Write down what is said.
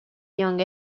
young